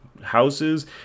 houses